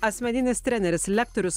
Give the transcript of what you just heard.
asmeninis treneris lektorius